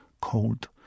cold